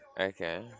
Okay